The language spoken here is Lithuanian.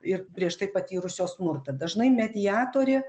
ir prieš tai patyrusios smurtą dažnai mediatorė